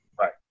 Right